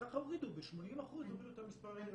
וככה הורידו ב-80% את המספרים.